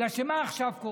כי מה קורה עכשיו?